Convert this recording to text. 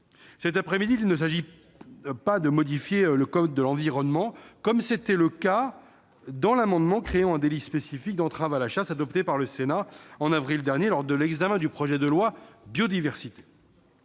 Cet après-midi, il ne s'agit pas de modifier le code de l'environnement, comme c'était le cas avec l'amendement créant un délit spécifique d'entrave à la chasse adoptée par le Sénat, au mois d'avril dernier, lors de l'examen du projet de loi Biodiversité.